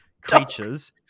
creatures